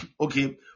okay